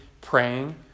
praying